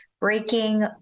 breaking